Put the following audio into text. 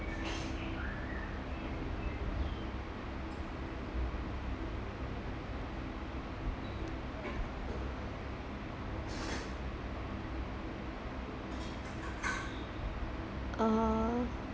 uh